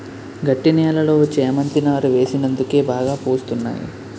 గట్టి నేలలో చేమంతి నారు వేసినందుకే బాగా పూస్తున్నాయి